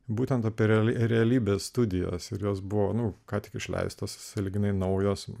būtent apie realiai realybės studijas ir jos buvo nu ką tik išleistos sąlyginai naujos